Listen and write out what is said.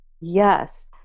Yes